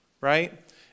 Right